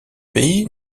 pays